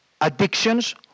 addictions